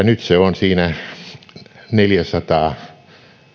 nyt se on siinä neljäsataa